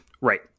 right